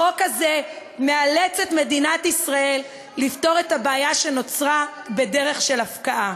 החוק הזה מאלץ את מדינת ישראל לפתור את הבעיה שנוצרה בדרך של הפקעה.